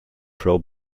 pro